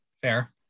Fair